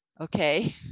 okay